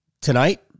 tonight